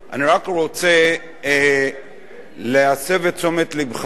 אני רק רוצה להסב את תשומת לבך,